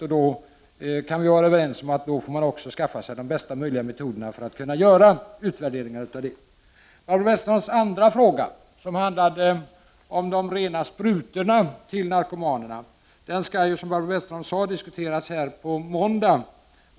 Och då kan vi vara överens om att också skaffa oss de bästa möjliga metoderna för att kunna göra utvärderingar av denna verksamhet. Barbro Westerholms andra fråga handlade om rena sprutor till narkomanerna. Denna fråga skall — som Barbro Westerholm sade — diskuteras här på måndag.